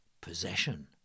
possession